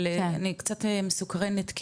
אבל אני קצת מסוקרנת,